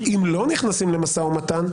אם לא נכנסים למשא ומתן,